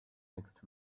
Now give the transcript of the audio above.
next